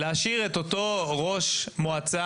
את מי ישרת להשאיר את אותו ראש מועצה